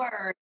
word